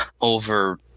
over